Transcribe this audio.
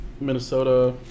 Minnesota